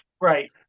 Right